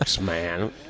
man